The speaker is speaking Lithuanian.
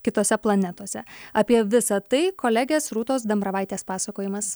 kitose planetose apie visa tai kolegės rūtos dambravaitės pasakojimas